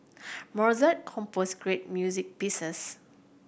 Mozart composed great music pieces